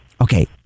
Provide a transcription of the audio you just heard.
Okay